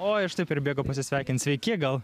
oi ir štai pribėgo pasisveikint sveiki gal